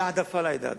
בהעדפה לעדה הדרוזית.